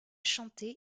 chantée